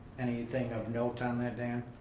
anything of note on that, dan?